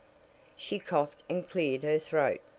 she coughed and cleared her throat.